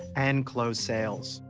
and close sales.